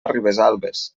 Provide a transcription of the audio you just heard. ribesalbes